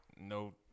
no